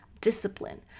discipline